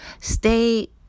stay